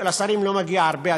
לשרים לא מגיע הרבה,